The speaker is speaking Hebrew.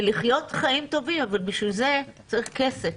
ולחיות חיים טובים אבל בשביל זה צריך כסף.